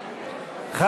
לשבת.